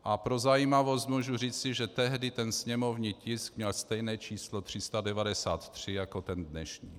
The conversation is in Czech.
A pro zajímavost můžu říci, že tehdy měl ten sněmovní tisk stejné číslo 393 jako ten dnešní.